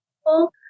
people